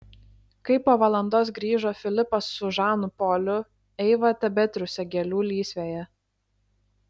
kai po valandos grįžo filipas su žanu poliu eiva tebetriūsė gėlių lysvėje